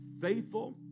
Faithful